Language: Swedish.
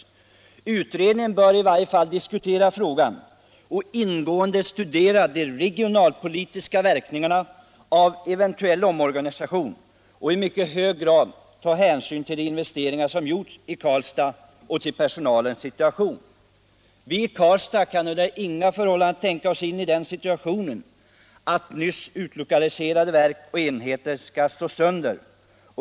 Inom utredningen bör man i alla fall diskutera frågan, ingående studera de regionalpolitiska verkningarna av en eventuell omorganisation och i mycket hög grad ta hänsyn till de investeringar som gjorts i Karlstad och till personalens situation. Vi i Karlstad kan under inga förhållanden tänka oss in i den situationen att nyss utlokaliserade verk och enheter skall slås sönder.